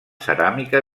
ceràmica